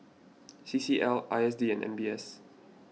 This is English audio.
C C L I S D and M B S